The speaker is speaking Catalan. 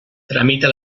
tramita